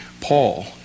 Paul